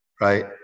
right